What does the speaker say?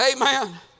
Amen